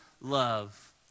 love